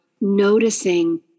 noticing